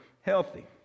healthy